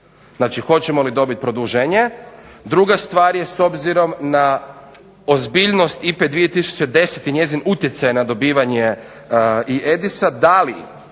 Znači hoćemo li dobit produženje. Druga stvar je s obzirom na ozbiljnost IPA-e 2010 i njezin utjecaj na dobivanje EDIS-a, da li